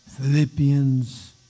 Philippians